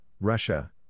Russia